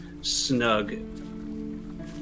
snug